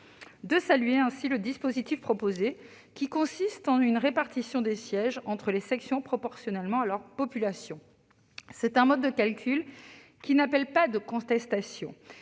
Je salue ainsi le dispositif proposé, qui consiste en une répartition des sièges entre les sections proportionnellement à leur population. C'est un mode de calcul qui n'appelle pas de contestation.